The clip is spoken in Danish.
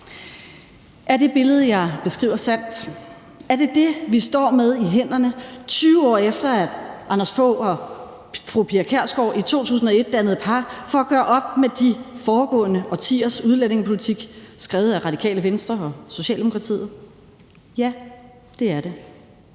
Er det billede, jeg beskriver, sandt? Er det det, vi står med i hænderne, 20 år efter at hr. Anders Fogh Rasmussen og fru Pia Kjærsgaard i 2001 dannede par for at gøre op med de foregående årtiers udlændingepolitik skrevet af Radikale Venstre og Socialdemokratiet? Ja, det er det.